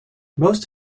most